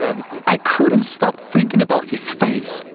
i couldn't stop thinking about his face,